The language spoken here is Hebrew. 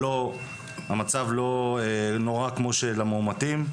המצב לא נורא כמו של המאומתים.